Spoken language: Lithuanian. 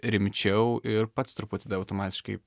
rimčiau ir pats truputį tada automatiškai